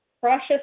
precious